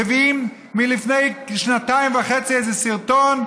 מביאים מלפני שנתיים וחצי איזה סרטון.